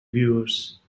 viewers